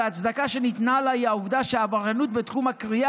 וההצדקה שניתנה לה היא העובדה שהעבריינות בתחום הכרייה